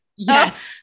Yes